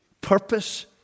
purpose